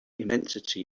immensity